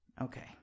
Okay